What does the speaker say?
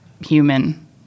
human